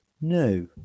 no